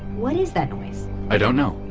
what is that noise? i don't know.